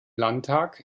landtag